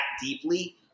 deeply